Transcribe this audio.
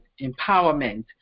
empowerment